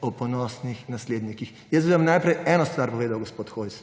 o ponosnih naslednikih. Jaz bi vam najprej eno stvar povedal, gospod Hojs.